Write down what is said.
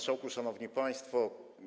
Szanowni Państwo!